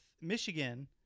Michigan